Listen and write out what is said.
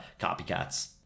copycats